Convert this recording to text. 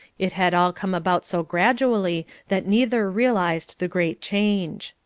it had all come about so gradually that neither realized the great change.